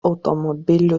automobilių